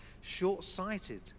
short-sighted